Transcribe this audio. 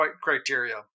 criteria